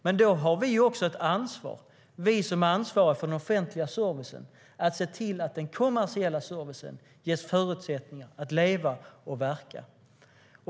Men då har vi som ansvarar för den offentliga servicen också ett ansvar för att se till att den kommersiella servicen ges förutsättningar att leva och verka.